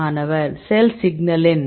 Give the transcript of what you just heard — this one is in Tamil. மாணவர் செல் சிக்னலிங்